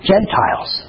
Gentiles